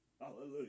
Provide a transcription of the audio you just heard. Hallelujah